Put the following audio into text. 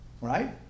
right